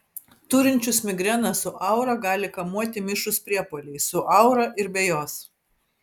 turinčius migreną su aura gali kamuoti mišrūs priepuoliai su aura ir be jos